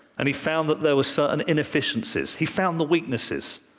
and he found that there were certain inefficiencies he found the weaknesses.